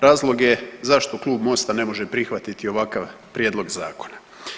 Razlog je zašto Klub Mosta ne može prihvatiti ovakav prijedlog Zakona.